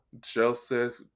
joseph